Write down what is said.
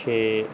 ਛੇ